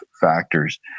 factors